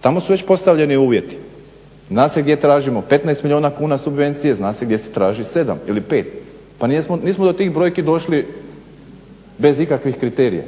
Tamo su već postavljeni uvjeti. Zna se gdje tražimo 15 milijuna kuna subvencije, zna se gdje se traži 7 ili 5. Pa nismo do tih brojki došli bez ikakvih kriterija.